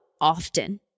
often